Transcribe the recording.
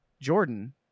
Jordan